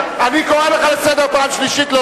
אני קורא לך לסדר פעם שלישית.